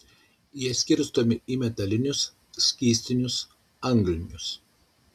jie skirstomi į metalinius skystinius anglinius